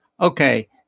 okay